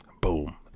Boom